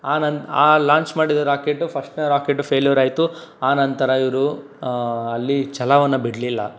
ಆ ನನ್ನ ಆ ಲಾಂಚ್ ಮಾಡಿದ ರಾಕೇಟು ಫಸ್ಟ್ನೇ ರಾಕೆಟ್ಟು ಫೇಲ್ಯೂರಾಯಿತು ಆನಂತರ ಇವರು ಅಲ್ಲಿ ಛಲವನ್ನು ಬಿಡಲಿಲ್ಲ